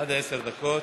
עד עשר דקות.